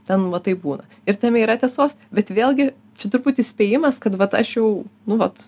ten va taip būna ir tame yra tiesos bet vėlgi čia truputį spėjimas kad vat aš jau nu vat